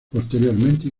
posteriormente